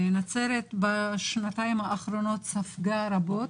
נצרת בשנתיים האחרונות ספגה רבות.